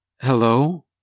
Hello